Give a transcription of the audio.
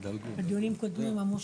דובר: